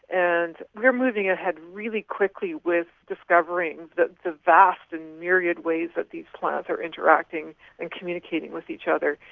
and we are moving ahead really quickly with discovering the the vast and myriad ways that these plants are interacting and communicating with each other.